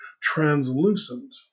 translucent